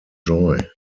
joy